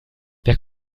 wer